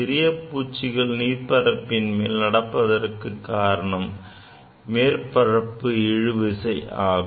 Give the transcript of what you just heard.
சிறிய பூச்சிகள் நீர்ப்பரப்பின் மேல் நடப்பதற்கு காரணம் மேற்பரப்பு இழுவிசை ஆகும்